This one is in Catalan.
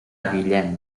guillem